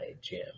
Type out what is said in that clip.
Jim